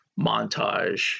montage